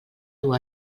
dur